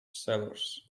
sellers